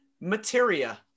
Materia